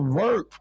work